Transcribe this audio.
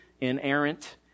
inerrant